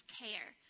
care